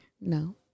No